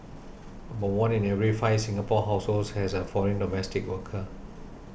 about one in every five Singapore households has a foreign domestic worker